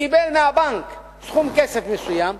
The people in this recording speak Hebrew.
קיבל מהבנק סכום כסף מסוים,